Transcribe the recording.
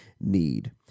need